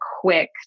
quick